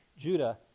Judah